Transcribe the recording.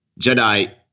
Jedi